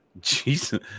Jesus